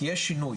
כי יש שינוי,